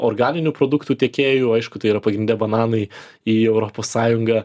organinių produktų tiekėjų aišku tai yra pagrinde bananai į europos sąjungą